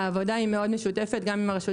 העבודה היא מאוד משותפת גם עם הרשות